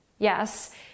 Yes